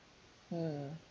mm